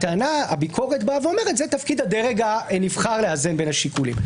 הביקורת אומרת שזה תפקיד הדרג הנבחר לאזן בין השיקולים.